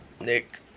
Nick